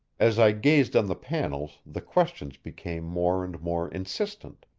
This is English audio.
as i gazed on the panels the questions became more and more insistent.